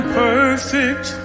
perfect